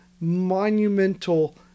monumental